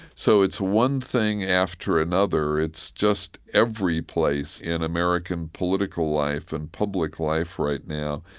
so it's one thing after another. it's just every place in american political life and public life right now,